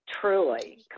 Truly